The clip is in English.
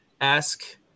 ask